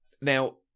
Now